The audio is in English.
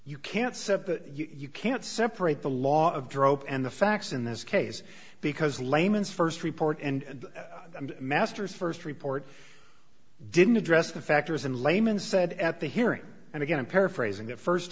separate you can't separate the law of drop and the facts in this case because layman's first report and the master's first report didn't address the factors in layman's said at the hearing and again i'm paraphrasing that first